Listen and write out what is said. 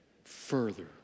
Further